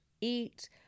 eat